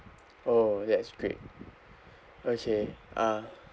oh that's great okay ah